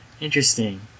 Interesting